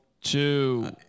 two